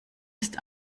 ist